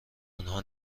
انها